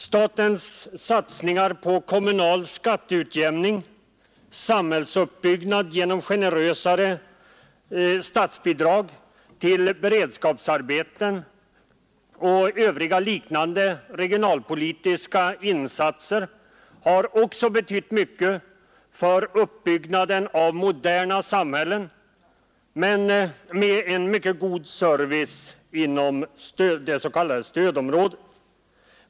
Statens satsningar på kommunal skatteutjämning, samhällsuppbyggnad genom generösare statsbidrag till beredskapsarbeten och övriga liknande regionalpolitiska insatser har också betytt mycket för uppbyggnaden av moderna samhällen med en mycket god service inom det s.k. stödområdet.